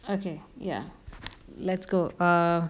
okay ya let's go ah